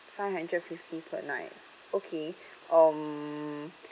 five hundred fifty per night okay um